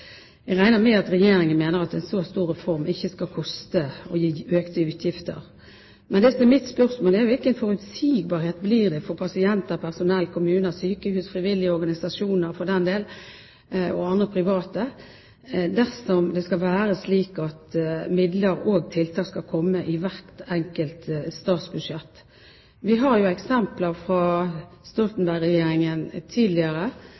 Jeg regner med at Regjeringen mener at en så stor reform ikke skal koste og gi økte utgifter. Men det som er mitt spørsmål, er: Hvilken forutsigbarhet blir det for pasienter, personell, kommuner, sykehus – frivillige organisasjoner og andre private, for den del – dersom det skal være slik at midler og tiltak skal komme i hvert enkelt statsbudsjett? Vi har jo eksempler fra Stoltenberg-regjeringen tidligere